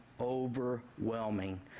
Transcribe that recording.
overwhelming